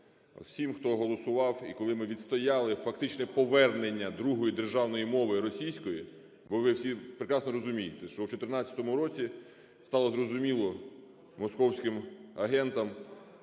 всім, хто голосував і коли ми відстояли фактичне повернення другої державної мови російської. Бо ви всі прекрасно розумієте, що у 2014 році стало зрозуміло московським агентам,